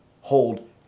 hold